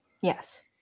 yes